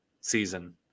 season